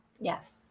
Yes